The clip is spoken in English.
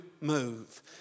move